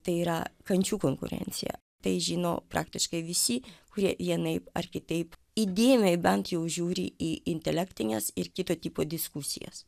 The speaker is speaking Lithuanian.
tai yra kančių konkurencija tai žino praktiškai visi kurie vienaip ar kitaip įdėmiai bent jau žiūri į intelektinės ir kito tipo diskusijas